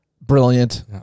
brilliant